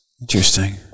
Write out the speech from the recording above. Interesting